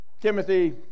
Timothy